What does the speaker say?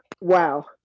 Wow